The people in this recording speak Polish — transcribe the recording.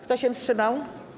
Kto się wstrzymał?